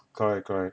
correct correct